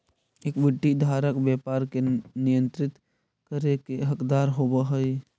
equity धारक व्यापार के नियंत्रित करे के हकदार होवऽ हइ